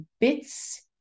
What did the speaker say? bits